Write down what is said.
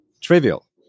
trivial